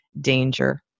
danger